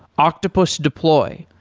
octopus deploy,